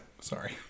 Sorry